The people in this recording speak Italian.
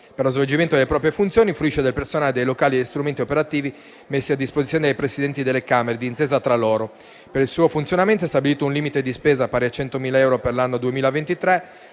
Per lo svolgimento delle proprie funzioni, fruisce del personale, dei locali e degli strumenti operativi messi a disposizione dei Presidenti delle Camere, d'intesa tra loro. Per il suo funzionamento è stabilito un limite di spesa pari a 100.000 euro per l'anno 2023